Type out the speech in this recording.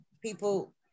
people